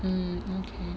mm okay